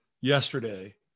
yesterday